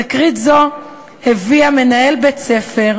תקרית זו הביאה, מנהל בית-ספר,